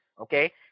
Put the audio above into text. Okay